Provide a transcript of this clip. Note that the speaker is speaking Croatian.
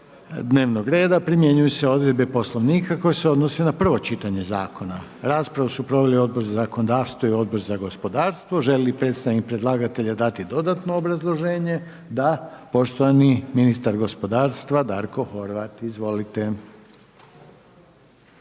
dnevnog reda primjenjuju se odredbe Poslovnika koje se odnose na prvo čitanje zakona. Raspravu su proveli Odbor za zakonodavstvo i Odbor za poljoprivredu. Molio bih predstavnika predlagatelja da nam da dodatno obrazloženje. S nama je poštovani Tugomir Majdak, državni